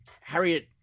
Harriet